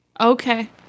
okay